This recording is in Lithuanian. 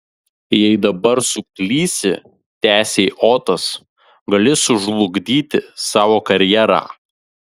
jei dabar suklysi tęsė otas gali sužlugdyti savo karjerą